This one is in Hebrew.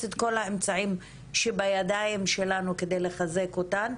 את כל האמצעים שבידיים שלנו כדי לחזק אותן,